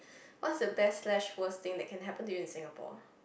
what is the best slash worst things that can happened to you in Singapore